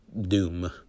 doom